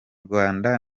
rwanda